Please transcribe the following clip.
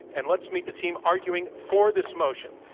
and let's meet the team arguing for this motion,